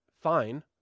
fine